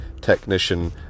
Technician